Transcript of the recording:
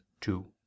two